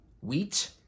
Wheat